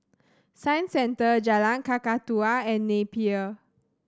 Science Centre Jalan Kakatua and Napier